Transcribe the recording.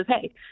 hey